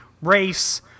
race